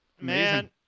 Man